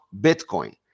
Bitcoin